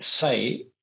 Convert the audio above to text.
say